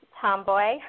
tomboy